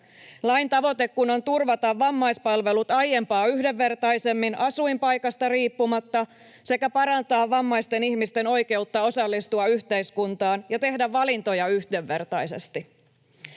lain tavoite kun on turvata vammaispalvelut aiempaa yhdenvertaisemmin asuinpaikasta riippumatta sekä parantaa vammaisten ihmisten oikeutta osallistua yhteiskuntaan ja tehdä valintoja yhdenvertaisesti.